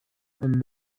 and